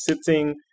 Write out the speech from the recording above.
sitting